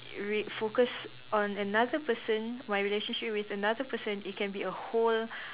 we focus on another person my relationship with another person it can be a whole